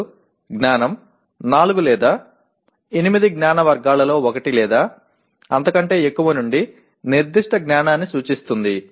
అప్పుడు జ్ఞానం 4 లేదా 8 జ్ఞాన వర్గాలలో ఒకటి లేదా అంతకంటే ఎక్కువ నుండి నిర్దిష్ట జ్ఞానాన్ని సూచిస్తుంది